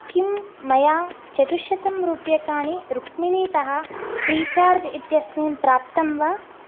किं मया चतुश्शतं रूप्यकाणि रुक्मिणीतः फ़्रीचार्ज् इत्यस्मिन् प्राप्तं वा